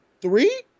three